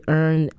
earn